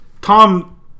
Tom